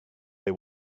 they